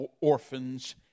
orphans